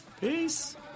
Peace